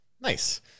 Nice